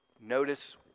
Notice